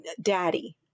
daddy